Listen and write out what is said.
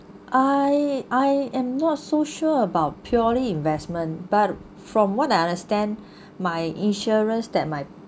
I I I'm not so sure about purely investment but from what I understand my insurance that my